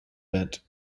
bent